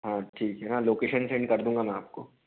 हाँ ठीक है हाँ लोकेशन सेंड कर दूँगा मैं आपको